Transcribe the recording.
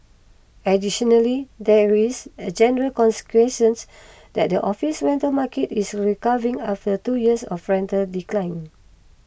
additionally there is a general consensus that the office rental market is recovering after two years of rental decline